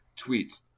tweets